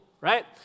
right